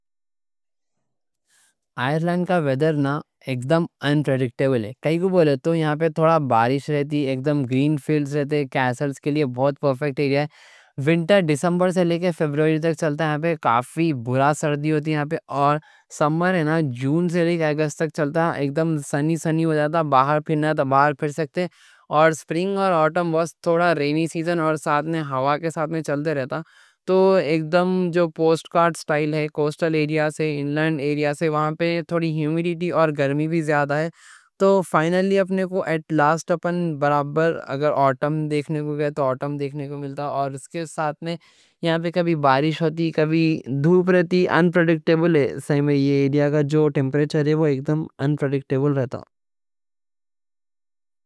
آئرلینڈ کا ویڈر ایک دم اَن پریڈکٹبل ہے کائیں کوں بولے تو یہاں پہ تھوڑا بارش رہتی ایک دم گرین فیلڈز رہتے، کیسلز کے لیے بہت پرفیکٹ ایریا ہے ونٹر دسمبر سے لے کے فروری تک چلتا ہے یہاں پہ کافی برا سردی ہوتی ہے اور سمر جون سے لے کے اگست تک چلتا ہے ایک دم سنی سنی ہو جاتا ہے باہر پھرنا ہے تو باہر پھر سکتے سپرنگ اور آٹم بس تھوڑا رینی سیزن، اور ہوا کے ساتھ میں چلتے رہتا تو ایک دم جو پوسٹ کارڈ سٹائل ہے، کوسٹل ایریا سے اِن لینڈ ایریا سے وہاں پہ تھوڑی ہیومیڈیٹی اور گرمی بھی زیادہ ہے اگر آٹم دیکھنے کو گئے تو آٹم دیکھنے کو ملتا اور اس کے ساتھ میں یہاں پہ کبھی بارش ہوتی، کبھی دھوپ رہتی، اَن پریڈکٹبل ہے یہ ایریا کا جو ٹیمپریچر ہے وہ ایک دم اَن پریڈکٹبل رہتا